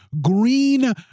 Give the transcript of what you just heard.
green